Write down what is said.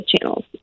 channels